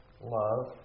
Love